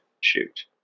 Shoot